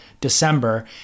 December